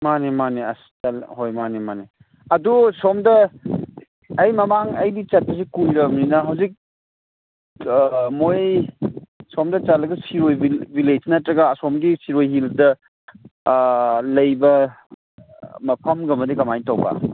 ꯃꯥꯅꯤ ꯃꯥꯅꯤ ꯑꯁ ꯍꯣꯏ ꯃꯥꯅꯤ ꯃꯥꯅꯤ ꯑꯗꯨ ꯁꯣꯝꯗ ꯑꯩ ꯃꯃꯥꯡ ꯑꯩꯒꯤ ꯆꯠꯄꯁꯤ ꯀꯨꯏꯔꯃꯤꯅ ꯍꯧꯖꯤꯛ ꯃꯣꯏ ꯁꯣꯝꯗ ꯆꯠꯂꯒ ꯁꯤꯔꯣꯏ ꯕꯤꯂꯦꯖ ꯅꯠꯇ꯭ꯔꯒ ꯑꯁꯣꯝꯒꯤ ꯁꯤꯔꯣꯏ ꯍꯤꯜꯗ ꯂꯩꯕ ꯃꯐꯝꯒꯨꯝꯕꯗꯤ ꯀꯃꯥꯏ ꯇꯧꯕ